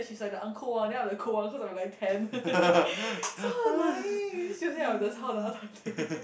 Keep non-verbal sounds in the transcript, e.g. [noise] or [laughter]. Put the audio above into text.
she is like the uncool one then I'm the cool one cause I'm like tanned [laughs] so annoying then she will say I'm the chao ta [laughs]